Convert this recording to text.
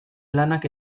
lanak